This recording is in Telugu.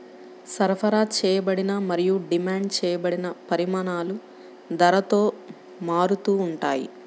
సరఫరా చేయబడిన మరియు డిమాండ్ చేయబడిన పరిమాణాలు ధరతో మారుతూ ఉంటాయి